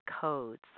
Codes